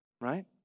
Right